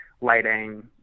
lighting